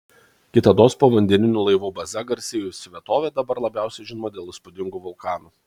kitados povandeninių laivų baze garsėjusi vietovė dabar labiausiai žinoma dėl įspūdingų vulkanų